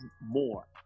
more